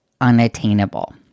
unattainable